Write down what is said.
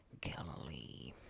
Galilee